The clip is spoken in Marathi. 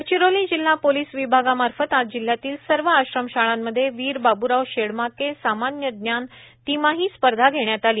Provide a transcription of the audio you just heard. गडचिरोली जिल्हा पोलिस विभागामार्फत आज जिल्ह्यातील सर्व आश्रमशाळांमध्ये वीर बाबूराव शेडमाके सामान्य जान तिमाही स्पर्धा घेण्यात आली